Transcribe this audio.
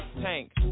tank